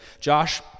Josh